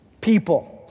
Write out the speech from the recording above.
People